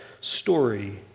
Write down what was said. story